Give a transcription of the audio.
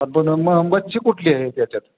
अ ब न मग मच्छी कुठली आहे त्याच्यात